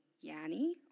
Yanni